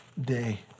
day